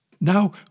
now